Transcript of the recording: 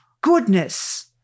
goodness